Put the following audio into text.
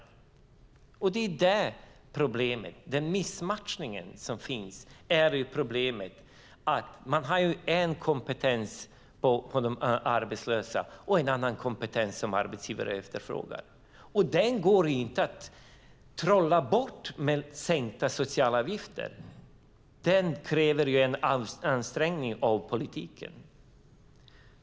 Det är missmatchningen som är problemet, att de arbetslösa har en kompetens och att det är en annan kompetens som arbetsgivaren efterfrågar. Detta går inte att trolla bort med sänkta socialavgifter. Det kräver en ansträngning av politiken.